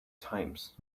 times